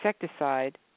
insecticide